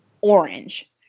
orange